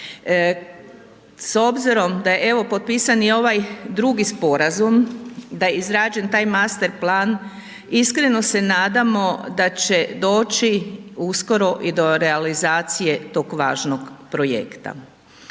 S obzirom da je, evo potpisani ovaj drugi sporazum, da je izrađen taj master plan. Iskreno se nadamo da će doći uskoro i do realizacije tog važnog projekta.